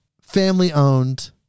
family-owned